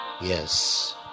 yes